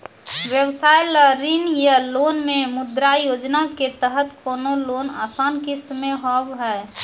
व्यवसाय ला ऋण या लोन मे मुद्रा योजना के तहत कोनो लोन आसान किस्त मे हाव हाय?